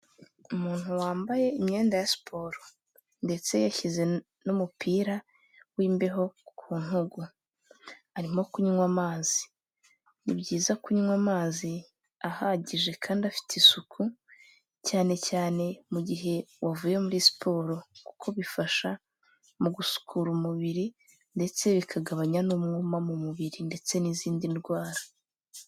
Umuntu wambaye imyenda ya siporo ndetse yashyize n'umupira w'imbeho ku ntugu, arimo kunywa amazi. Ni byiza kunywa amazi ahagije kandi afite isuku, cyane cyane mu gihe wavuye muri siporo kuko bifasha mu gusukura umubiri ndetse bikagabanya n'umwuma mu mubiri ndetse n'izindi ndwara.